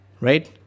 right